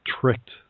tricked